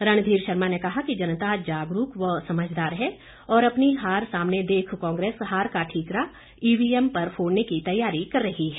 रणधीर शर्मा ने कहा कि जनता जागरूक व समझदार है और अपनी हार सामने देख कांग्रेस हार का ठीकरा ईवीएम पर फोड़ने की तैयारी कर रही है